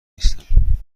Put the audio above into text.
نیستم